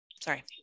Sorry